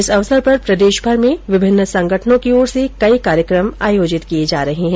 इस अवसर पर प्रदेशभर में विभिन्न संगठनों की ओर से कई कार्यक्रम आयोजित किये जा रहे है